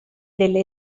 delle